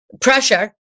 pressure